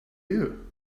you